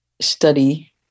study